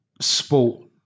sport